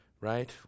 right